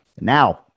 Now